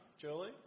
Julie